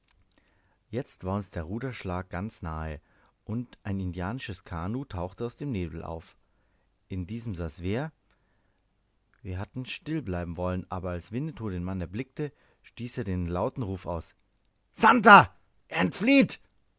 jetzt war uns der ruderschlag ganz nahe und ein indianisches kanoe tauchte aus dem nebel auf in diesem saß wer wir hatten still bleiben wollen aber als winnetou den mann erblickte stieß er den lauten ruf aus santer